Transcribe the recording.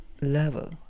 level